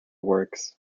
works